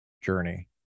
journey